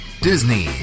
Disney